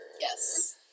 Yes